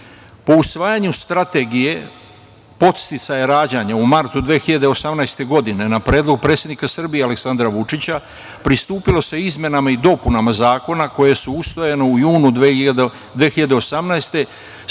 usvajanju Strategije podsticaja rađanja u martu 2018. godine, na predlog predsednik Srbije Aleksandra Vučića pristupilo se izmenama i dopunama Zakona koje su usvojene u junu 2018. godine